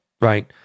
right